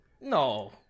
No